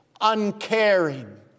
uncaring